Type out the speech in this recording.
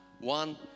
One